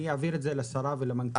אני אעביר את זה לשרה ולמנכ"ל.